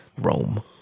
Rome